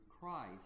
Christ